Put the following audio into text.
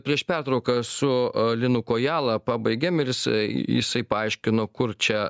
prieš pertrauką su linu kojala pabaigėm ir jis jisai paaiškino kur čia